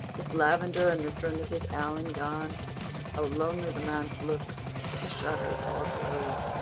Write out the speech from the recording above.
miss lavendar and mr. and mrs. allan gone how lonely the manse looks with the shutters all closed!